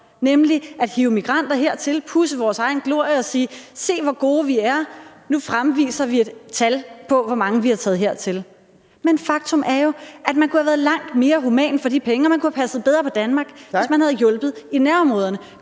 nemlig at hive migranter hertil, pudse vores egen glorie og sige: Se, hvor gode vi er – nu fremviser vi et tal på, hvor mange vi har taget hertil. Men faktum er jo, at man kunne have været langt mere human for de penge, og man kunne have passet bedre på Danmark, hvis man havde hjulpet i nærområderne.